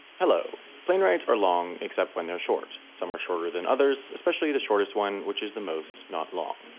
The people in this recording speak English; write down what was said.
hello. plane rides are long except when they're short. some are shorter than others especially the shortest one which is the most not long.